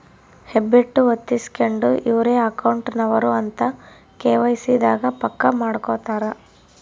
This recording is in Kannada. ಹೆಬ್ಬೆಟ್ಟು ಹೊತ್ತಿಸ್ಕೆಂಡು ಇವ್ರೆ ಅಕೌಂಟ್ ನವರು ಅಂತ ಕೆ.ವೈ.ಸಿ ದಾಗ ಪಕ್ಕ ಮಾಡ್ಕೊತರ